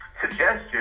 suggestion